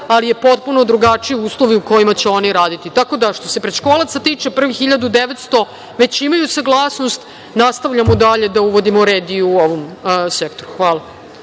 ali je potpuno drugačiji uslovi u kojima će oni raditi. Što se predškolaca tiče prvih 1.900 već imaju saglasnost nastavljamo dalje da uvodimo red i u ovom sektoru. Hvala.